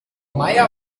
meier